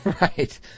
Right